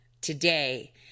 today